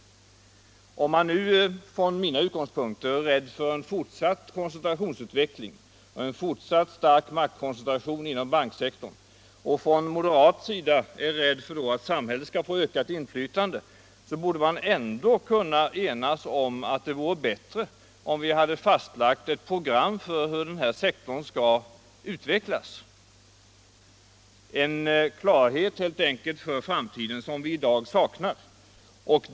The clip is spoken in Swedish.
Om man nu från mina utgångspunkter är rädd för en fortsatt koncentrationsutveckling och en fortsatt stark maktkoncentration inom banksektorn och om man från moderat sida är rädd för att samhället skall få ökat inflytande, så borde vi kunna enas om att det vore bättre om vi hade fastlagt ett program för hur den här sektorn skall utvecklas. Det är helt enkelt en fråga om klarhet för framtiden, som vi i dag saknar.